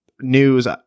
news